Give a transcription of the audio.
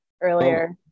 earlier